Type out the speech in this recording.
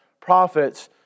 prophets